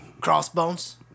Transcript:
Crossbones